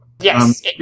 Yes